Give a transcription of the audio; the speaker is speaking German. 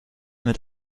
mit